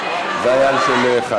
--- זה היה על של חיים.